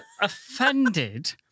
offended